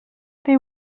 they